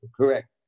correct